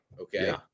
Okay